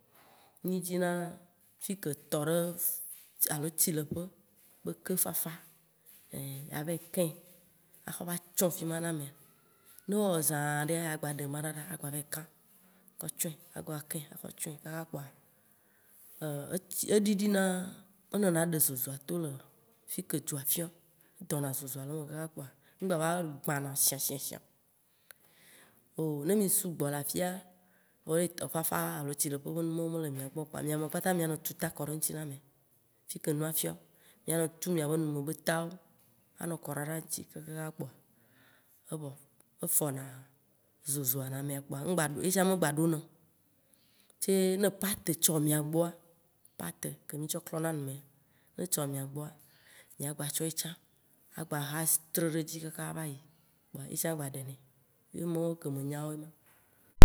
Mì dzina fi ke tɔ ɖe alo tsileƒe be ke fafa, ein, ava yi kĩ, axɔ va tsɔ̃ fima na mea, ne wɔ zã ɖea, ya gba ɖe ema ɖa ɖa agba va yi kã, xɔ tsɔe, agba kĩ axɔ tsɔ̃e kaka kpoa, eɖiɖina, enɔna ɖe zozoa to le fike dzoa fiɔ̃a, edɔ̃na zozoa le eme kaka kpoa, ŋgba va gbãna shã, shã, shã o. Oh ne mì sugbɔ la fia vɔ ye etɔ fafa alɔ tsileƒe be numɔwo mele mia gbɔ o kpoa, mia me kpata mianɔ tu tã kɔ ɖe ŋti na amea, fike nua fiɔ̃a, mianɔ tu mìabe nu me be tãwo anɔ kɔ ɖa ŋti kakaka kpoa, efɔna, zozoa na mea kpoa ye tsã ŋgba ɖona o. Ce ne pate tsɔ mia gbɔa, pate ke mì tsɔ klɔna numea, ne tsɔ mia, gbɔa, mia gba tsɔ ye tsã, aha tre ɖe dzi kaka ava yi, ye tsã gba ɖe nɛ. Emɔwo ke menya, woawo mɔwo